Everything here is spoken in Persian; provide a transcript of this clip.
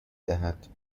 دهد